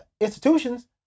institutions